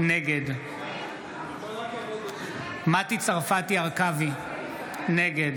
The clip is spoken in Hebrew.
נגד מטי צרפתי הרכבי, נגד